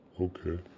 Okay